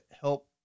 help